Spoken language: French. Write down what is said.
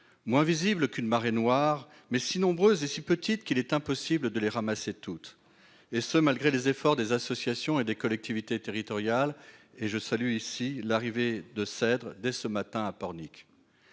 moins visibles qu'une marée noire, mais si nombreuses et si petites qu'il est impossible de les ramasser toutes, malgré les efforts des associations et des collectivités territoriales. Je tiens à saluer ici l'arrivée du Centre de documentation,